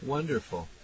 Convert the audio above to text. Wonderful